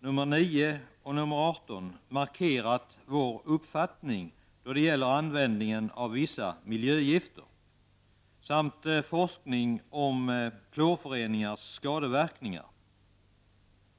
nr 9 och 18, markerat vår uppfattning när det gäller användningen av vissa miljögifter samt forskning om klorföreningars skadeverkningar.